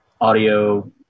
audio